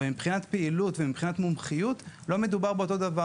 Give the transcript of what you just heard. אבל מבחינת פעילות ומומחיות לא מדובר באותו הדבר.